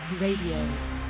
Radio